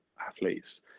athletes